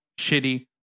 shitty